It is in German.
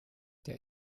der